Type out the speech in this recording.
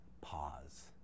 Pause